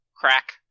Crack